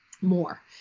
more